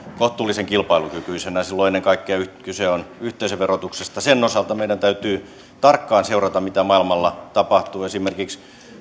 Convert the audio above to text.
kohtuullisen kilpailukykyisenä silloin ennen kaikkea kyse on yhteisöverotuksesta sen osalta meidän täytyy tarkkaan seurata mitä maailmalla tapahtuu esimerkiksi